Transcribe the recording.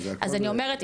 אז אני אומרת,